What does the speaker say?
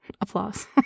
Applause